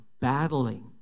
battling